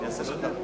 לא חייב.